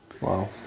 Wow